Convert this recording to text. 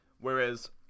whereas